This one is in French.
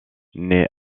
naît